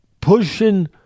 pushing